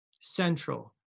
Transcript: central